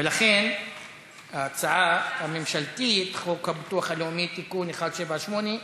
ולכן ההצעה הממשלתית חוק הביטוח הלאומי (תיקון מס' 178)